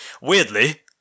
weirdly